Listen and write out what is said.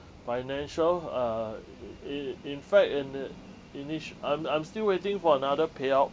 financial uh i~ in fact in~ uh initia~ I'm I'm still waiting for another payout